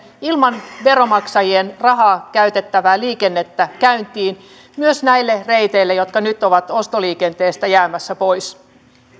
ilman veronmaksajien rahaa käytettävää liikennettä käyntiin myös näille reiteille jotka nyt ovat ostoliikenteestä jäämässä pois